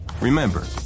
Remember